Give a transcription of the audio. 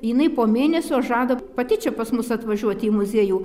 jinai po mėnesio žada pati čia pas mus atvažiuot į muziejų